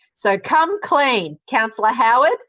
so come clean, councillor howard,